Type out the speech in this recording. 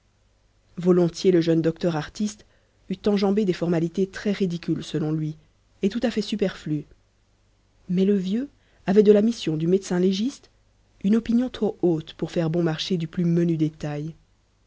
volontiers le jeune docteur artiste eût enjambé des formalités très ridicules selon lui et tout à fait superflues mais le vieux avait de la mission du médecin légiste une opinion trop haute pour faire bon marché du plus menu détail